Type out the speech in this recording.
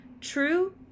true